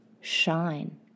shine